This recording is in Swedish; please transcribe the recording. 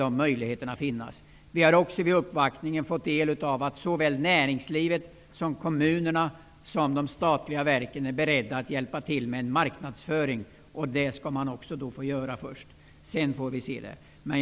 Vi fick vid uppvaktningen också veta att såväl näringslivet som kommunerna och de statliga verken är beredda att hjälpa till med marknadsföringen. Det skall man göra först, sedan får vi se hur det blir.